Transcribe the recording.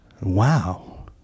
wow